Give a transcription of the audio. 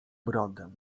brodę